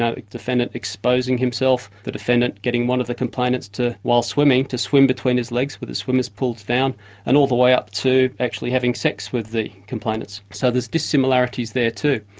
ah defendant exposing himself, the defendant getting one of the complainants to, while swimming, to swim between his legs with his swimmers pulled down and all the way up to actually having sex with the complainants. so there's dissimilarities there too,